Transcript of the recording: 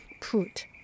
put